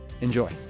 Enjoy